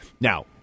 Now